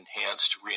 enhanced